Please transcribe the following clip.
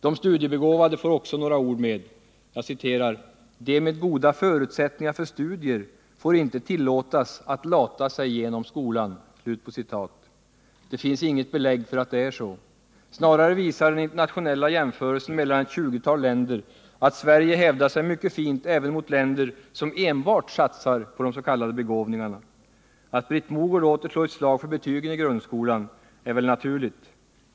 De studiebegåvade får också några ord med: ”De med goda förutsättningar för studier får inte tillåtas att lata sig genom skolan.” Det finns inget belägg för att det är så. Snarare visar den internationella jämförelsen mellan ett 20-tal länder att Sverige hävdar sig mycket fint även mot länder som enbart satsar på de s.k. begåvningarna. Att Britt Mogård åter slår ett slag för betygen i grundskolan är väl naturligt.